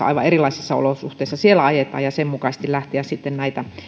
aivan erilaisissa olosuhteissa ja sen mukaisesti lähteä näitä